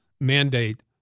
mandate